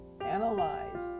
analyze